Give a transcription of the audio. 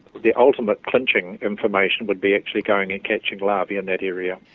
the ultimate clinching information would be actually going and catching larvae in that area.